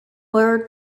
word